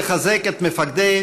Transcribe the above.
לוחמים מחטיבת הראל,